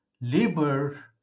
labor